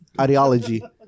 ideology